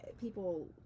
people